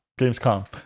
Gamescom